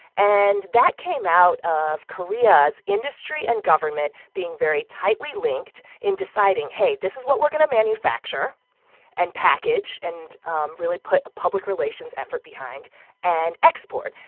and that came out of korea's industry and government being very tightly linked in deciding, hey, this is what we're going to manufacture and package and um really put a public relations effort behind and export.